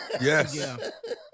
Yes